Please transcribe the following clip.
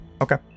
Okay